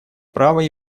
право